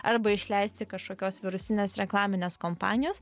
arba išleisti kažkokios virusinės reklaminės kompanijos